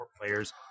players